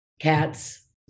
Cats